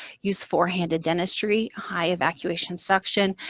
use four-handed dentistry, high evacuation suction,